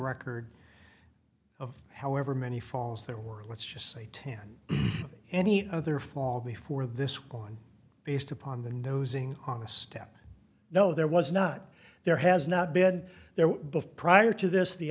record however many falls there were let's just say ten any other fall before this one based upon the nosing on a step no there was not there has not been there before prior to this the